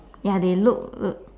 ya they look